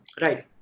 Right